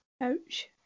Ouch